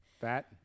Fat